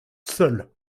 seul